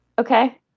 Okay